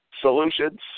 Solutions